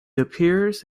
appears